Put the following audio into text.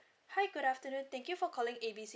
hi good afternoon thank you for calling A B C